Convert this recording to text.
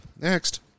next